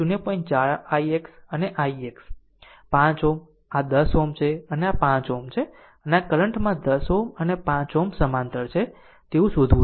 4 ix અને ix 5 Ω આ 10 Ω છે આ 5 Ω છે અને કરંટ માં 10 Ω અને 5 Ω સમાંતર છે તેવું શોધવું છે